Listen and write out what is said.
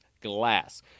glass